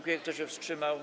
Kto się wstrzymał?